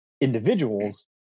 individuals